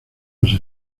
los